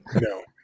no